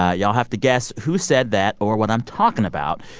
ah y'all have to guess who said that or what i'm talking about.